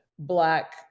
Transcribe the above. Black